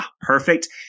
perfect